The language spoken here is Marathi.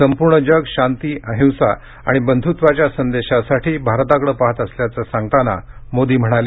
संपूर्ण जग शांती अहिंसा आणि बंधुत्वाच्या संदेशासाठी भारताकडे पाहात असल्याचं सांगताना मोदी म्हणाले